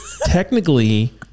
Technically